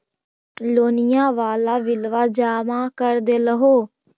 लोनिया वाला बिलवा जामा कर देलहो?